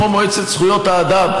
כמו מועצת זכויות האדם,